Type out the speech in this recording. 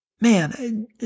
Man